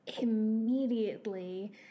immediately